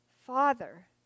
Father